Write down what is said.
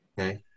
Okay